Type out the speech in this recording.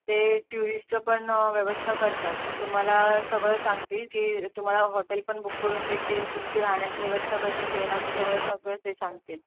ते ट्युरिस्टचं पण व्यवस्था करतात तुम्हाला सगळं सांगतील की तुम्हाला हॉटेल पण बुक करून देतील तुमची राहण्याची व्यवस्था करतील जेवणाचं सगळं सगळं ते सांगतील